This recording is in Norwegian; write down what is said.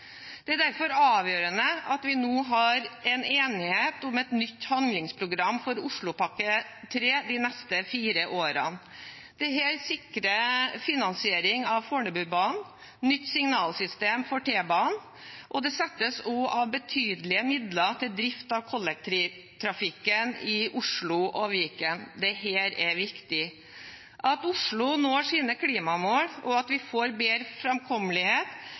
Det er derfor avgjørende at vi nå har en enighet om et nytt handlingsprogram for Oslopakke 3 de neste fire årene. Dette sikrer finansiering av Fornebubanen og nytt signalsystem for T-banen, og det settes også av betydelige midler til drift at kollektivtrafikken i Oslo og Viken. Dette er viktig. At Oslo når sine klimamål, og at vi får bedre framkommelighet